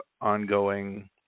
ongoing